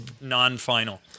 non-final